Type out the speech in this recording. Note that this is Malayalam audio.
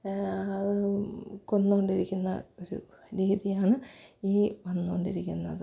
അത് കൊന്നുകൊണ്ടിരിക്കുന്ന ഒരു രീതിയാണ് ഈ വന്നുകൊണ്ടിരിക്കുന്നത്